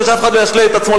ושאף אחד לא ישלה את עצמו,